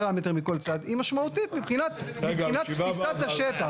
מטר מכל צד היא משמעותית מבחינת תפיסת השטח.